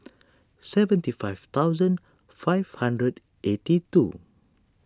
seventy five thousand five hundred eighty two